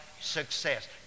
success